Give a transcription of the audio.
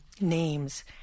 names